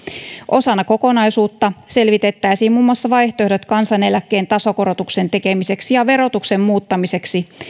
osana kokonaisuutta selvitettäisiin muun muassa vaihtoehdot kansaneläkkeen tasokorotuksen tekemiseksi ja verotuksen muuttamiseksi